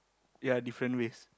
ya different race